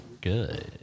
good